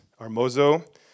armozo